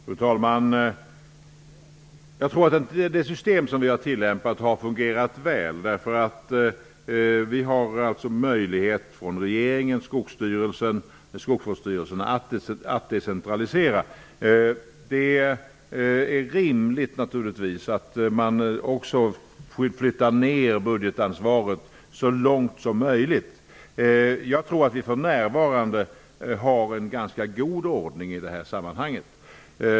Fru talman! Jag tror att det system som vi har tillämpat har fungerat väl. Regeringen, Skogsstyrelsen och skogsvårdsstyrelserna har alltså möjlighet att decentralisera. Naturligtvis är det rimligt att man vill flytta budgetansvaret så långt ned som möjligt. Jag tror att vi för närvarande har en ganska god ordning i det sammanhanget.